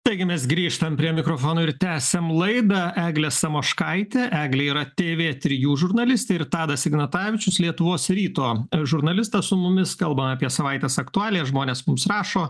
taigi mes grįžtam prie mikrofono ir tęsiam laidą eglė samoškaitė eglė yra tv trijų žurnalistė ir tadas ignatavičius lietuvos ryto žurnalistas su mumis kalba apie savaitės aktualijas žmonės mums rašo